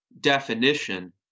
definition